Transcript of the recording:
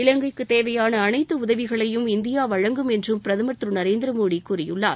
இலங்கைக்குத் தேவையாள அனைத்து உதவிகளையும் இந்தியா வழங்கும் என்றும் பிரதமர் திரு நரேந்திர மோடி கூறியுள்ளார்